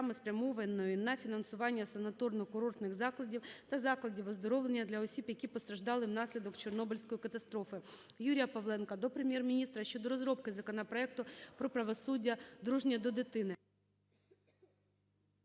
спрямованої на фінансування санаторно-курортних закладів та закладів оздоровлення для осіб, які постраждали внаслідок Чорнобильської катастрофи. Юрія Павленка до Прем'єр-міністра щодо розробки законопроекту про правосуддя дружнє до дитини.